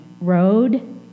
road